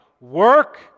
Work